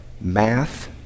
math